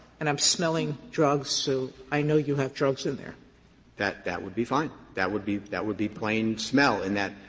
and i'm smelling drugs, so i know you have drugs in there. blumberg that that would be fine. that would be that would be plain smell in that.